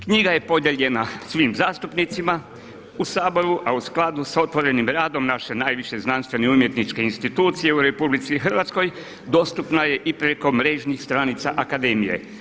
Knjiga je podijeljena svim zastupnicima u Saboru a u skladu sa otvorenim radom naše najviše znanstvene i umjetničke institucije u RH dostupna je i preko mrežnih stranica Akademije.